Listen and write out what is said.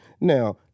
Now